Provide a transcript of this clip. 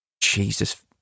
Jesus